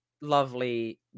lovely